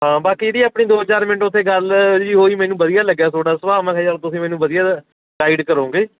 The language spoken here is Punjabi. ਹਾਂ ਬਾਕੀ ਜਿਹੜੀ ਆਪਣੀ ਦੋ ਚਾਰ ਮਿੰਟ ਉੱਥੇ ਗੱਲ ਜਿਹੀ ਹੋਈ ਮੈਨੂੰ ਵਧੀਆ ਲੱਗਿਆ ਤੁਹਾਡਾ ਸੁਭਾਅ ਮੈਂ ਕਿਹਾ ਯਾਰ ਤੁਸੀਂ ਮੈਨੂੰ ਵਧੀਆ ਗਾਈਡ ਕਰੋਂਗੇ